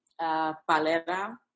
palera